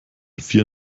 vier